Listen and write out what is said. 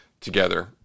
together